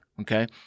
Okay